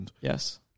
Yes